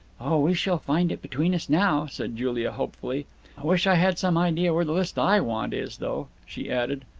oh, we shall find it between us now, said julia hopefully. i wish i had some idea where the list i want is, though, she added.